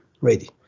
ready